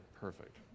Perfect